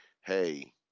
Hey